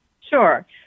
Sure